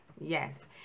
Yes